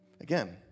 Again